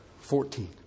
fourteen